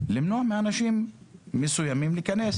למנוע מאנשים מסוימים להיכנס